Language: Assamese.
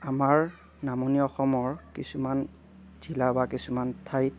আমাৰ নামনি অসমৰ কিছুমান জিলা বা কিছুমান ঠাইত